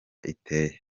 iteye